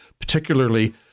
particularly